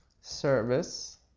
service